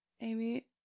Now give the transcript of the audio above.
Amy